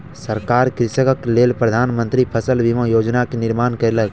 सरकार कृषकक लेल प्रधान मंत्री फसल बीमा योजना के निर्माण कयलक